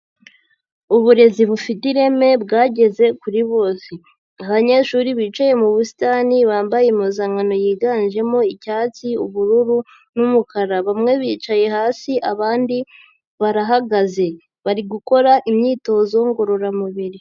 Uburezi bufite ireme bwageze kuri bose abanyeshuri bicaye mu busitani bambaye impuzankano yiganjemo icyatsi, ubururu n'umukara, bamwe bicaye hasi abandi barahagaze bari gukora imyitozo ngororamubiri.